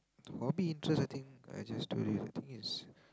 hobby interest I think I just told you I think is